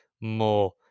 More